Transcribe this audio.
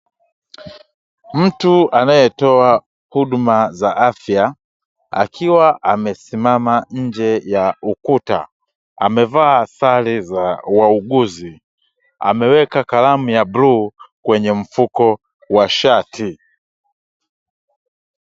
Mtu anayetoa huduma za afya akiwa amesimama nje ya ukuta, amevaa sale za wauguzi ameweka kalamu ya bluu kwenye mfuko wa shati.